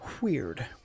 weird